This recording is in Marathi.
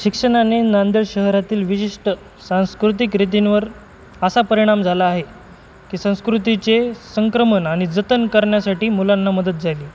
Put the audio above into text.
शिक्षणाने नांदेड शहरातील विशिष्ट सांस्कृतिक रीतींवर असा परिणाम झाला आहे की संस्कृतीचे संक्रमण आणि जतन करण्यासाठी मुलांना मदत झाली